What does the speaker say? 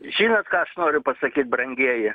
žinot ką aš noriu pasakyt brangieji